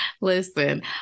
Listen